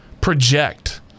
project